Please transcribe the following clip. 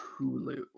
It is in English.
Hulu